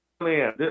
Man